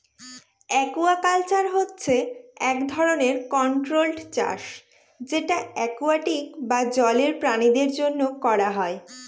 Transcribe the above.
aquaculture হচ্ছে এক ধরনের কন্ট্রোল্ড চাষ যেটা একুয়াটিক বা জলের প্রাণীদের জন্য করা হয়